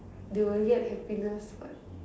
they will get happiness what